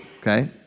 okay